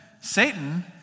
Satan